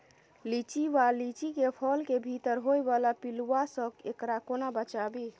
लिच्ची वा लीची केँ फल केँ भीतर होइ वला पिलुआ सऽ एकरा कोना बचाबी?